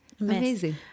Amazing